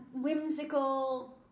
whimsical